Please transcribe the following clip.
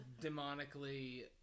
demonically